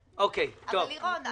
לירון,